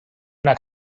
una